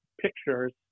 pictures